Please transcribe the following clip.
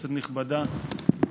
כנסת נכבדה,